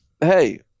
hey